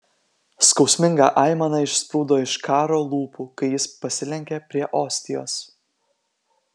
skausminga aimana išsprūdo iš karo lūpų kai jis pasilenkė prie ostijos